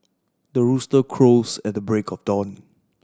the rooster crows at the break of dawn